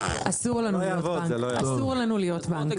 אסור לנו להיות בנק.